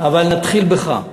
אבל נתחיל בך.